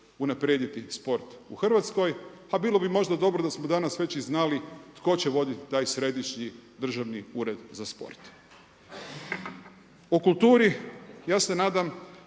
unaprijediti sport u Hrvatskoj. A bilo bi možda dobro da smo danas već i znali tko će voditi taj Središnji državni ured za sport. O kulturi, ja se nadam